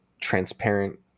transparent